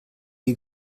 des